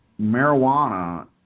marijuana